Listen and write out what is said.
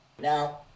Now